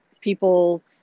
people